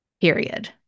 period